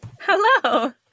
Hello